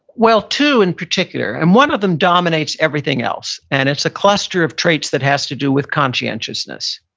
well two in particular. and one of them dominates everything else, and it's a cluster of traits that has to do with conscientiousness.